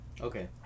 Okay